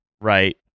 right